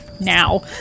Now